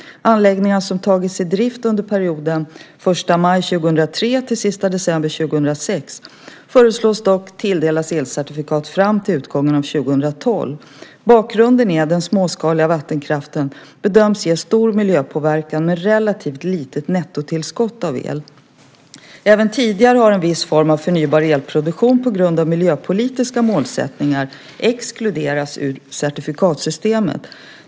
Anläggningar som tagits i drift under perioden den 1 maj 2003 till den 31 december 2006 föreslås dock tilldelas elcertifikat fram till utgången av år 2012. Bakgrunden är att den småskaliga vattenkraften bedöms ge stor miljöpåverkan men relativt litet nettotillskott av el. Även tidigare har en viss form av förnybar elproduktion på grund av miljöpolitiska målsättningar exkluderats ur elcertifikatsystemet.